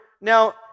now